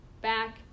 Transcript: back